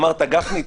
אמרת גפני,